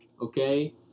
okay